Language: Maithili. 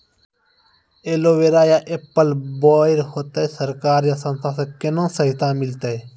एलोवेरा या एप्पल बैर होते? सरकार या संस्था से कोनो सहायता मिलते?